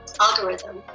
algorithm